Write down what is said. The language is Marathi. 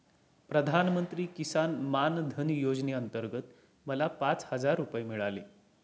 प्रधानमंत्री किसान मान धन योजनेअंतर्गत मला पाच हजार रुपये मिळाले